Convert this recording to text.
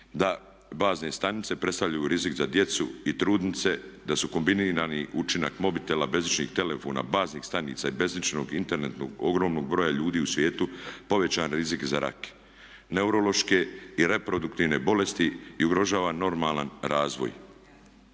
da bazne stanice predstavljaju rizik za djecu i trudnice, da su kombinirani učinak mobitela, bežičnih telefona, baznih stanica i bežičnog internetskog ogromnog broja ljudi u svijetu, povećan rizik za rak, neurološke i reproduktivne bolesti i ugrožava normalan razvoj.